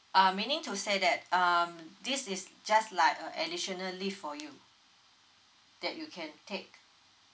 um meaning to say that um this is just like a additional leave for you that you can take